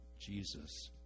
Jesus